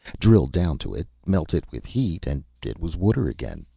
drill down to it, melt it with heat, and it was water again,